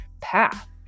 path